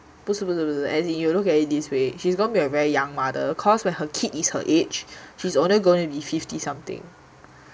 不是不是 as in you look at it this way she's going to be a very young mother cause when her kid is her age she's only going to be fifty something